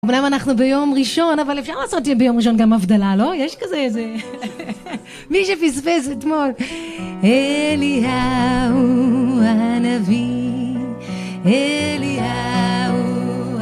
אמנם אנחנו ביום ראשון, אבל אפשר לעשות ביום ראשון גם הבדלה, לא? יש כזה איזה... מי שפספס אתמול. אליהו הנביא, אליהו ה..